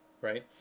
right